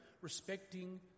respecting